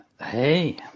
Hey